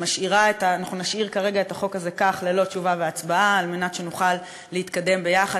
אנחנו נשאיר את החוק הזה כך ללא תשובה והצבעה על מנת שנוכל להתקדם יחד,